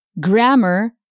grammar